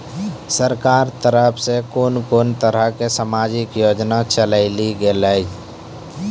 सरकारक तरफ सॅ कून कून तरहक समाजिक योजना चलेली गेलै ये?